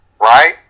Right